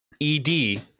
ED